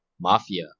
Mafia